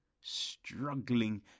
struggling